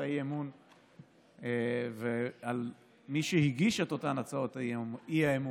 האי-אמון ועל מי שהגיש את אותן הצעות האי-אמון,